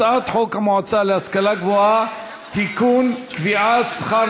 הצעת חוק המועצה להשכלה גבוהה (תיקון קביעת שכר